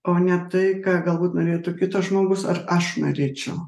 o ne tai ką galbūt norėtų kitas žmogus ar aš norėčiau